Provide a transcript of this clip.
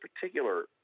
particular